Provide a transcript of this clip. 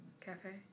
Cafe